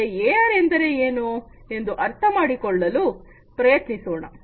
ಮತ್ತೆ ಎಆರ್ ಎಂದರೆ ಏನು ಎಂದು ಅರ್ಥ ಮಾಡಿಕೊಳ್ಳಲು ಪ್ರಯತ್ನಿಸೋಣ